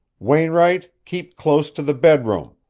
wainwright, keep close to the bedroom.